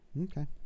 okay